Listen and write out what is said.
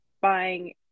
buying